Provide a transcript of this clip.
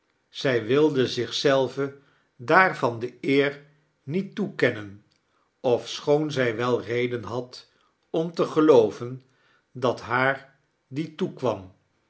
zij wilde zich zelve daarvan de eer niet toekennen ofschoon zij wel reden had om te gelooven dat haar die toekwam